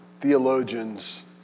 theologians